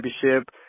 championship